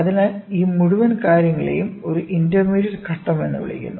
അതിനാൽ ഈ മുഴുവൻ കാര്യങ്ങളെയും ഒരു ഇന്റർമീഡിയറ്റ് ഘട്ടം എന്ന് വിളിക്കുന്നു